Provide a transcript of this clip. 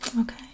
Okay